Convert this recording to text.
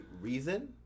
reason